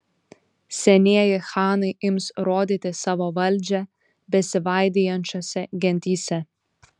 senieji chanai ims rodyti savo valdžią besivaidijančiose gentyse